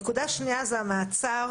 הנקודה השנייה זה המעצר